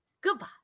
Goodbye